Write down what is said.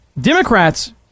Democrats